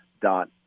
dot